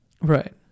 Right